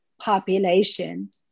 population